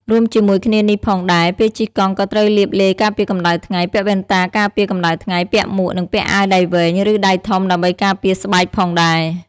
រួមជាមួយគ្នានេះផងដែរ ពេលជិះកង់ក៏ត្រូវលាបឡេការពារកម្តៅថ្ងៃ ពាក់វ៉ែនតាការពារកម្តៅថ្ងៃ ពាក់មួក និងពាក់អាវដៃវែង ឬដៃធំដើម្បីការពារស្បែកផងដែរ។